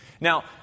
Now